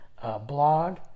blog